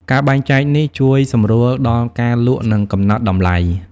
ការបែងចែកនេះជួយសម្រួលដល់ការលក់ និងកំណត់តម្លៃ។